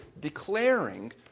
declaring